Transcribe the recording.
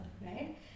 right